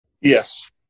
Yes